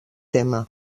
tema